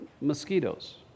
mosquitoes